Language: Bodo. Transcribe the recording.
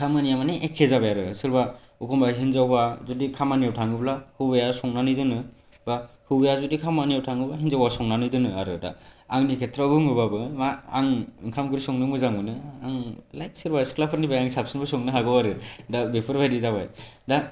खामानिया माने एखे जाबाय आरो सोरबा एखनबा जुदि हिनजावा अब्ला हौवाया संनानै दोनो बा हौवाया जुदि खामानियाव थाङोबा हिनजावा संनानै दोनो आरो दा आंनि खेट्रयाव बुङोब्लाबो मा आं ओंखाम ओंख्रि संनो मोजां मोनो आं लाइक सोरबा सिख्लाफोरनिफ्राय साबसिनबो संनो हागौ आरो दा बेफोरबायदि जाबाय